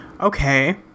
Okay